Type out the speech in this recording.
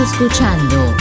escuchando